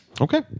Okay